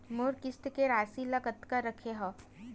मोर किस्त के राशि ल कतका रखे हाव?